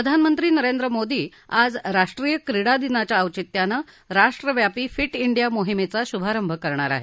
प्रधानमंत्री नरेंद्र मोदी आज राष्ट्रीय क्रीडा दिनाच्या औचित्यानं राष्ट्रव्यापी फि इंडिया मोहिमेचा शुभारंभ करणार आहेत